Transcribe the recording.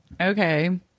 Okay